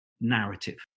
Narrative